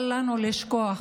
אל לנו לשכוח